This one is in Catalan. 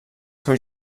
seu